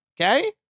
Okay